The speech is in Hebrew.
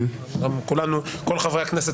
וכל חברי הכנסת,